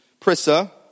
Prissa